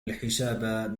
الحساب